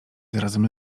zarazem